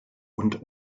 und